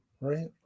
Right